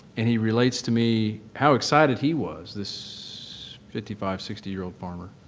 and he relates to me how excited he was, this fifty five, sixty year old farmer,